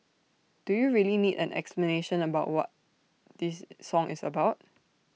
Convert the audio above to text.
do you really need an explanation about what this song is about